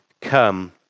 come